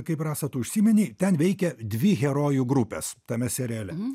kaip rasa tu užsiminei ten veikia dvi herojų grupės tame seriale